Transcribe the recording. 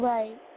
Right